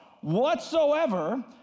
whatsoever